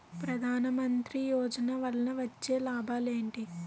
ప్రధాన మంత్రి యోజన వల్ల వచ్చే లాభాలు ఎంటి?